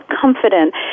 confident